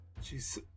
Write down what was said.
She's-